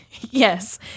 Yes